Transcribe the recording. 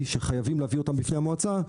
שחייבים להביא אותן בפני המועצה.